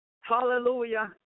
Hallelujah